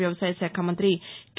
వ్యవసాయశాఖ మంతి కె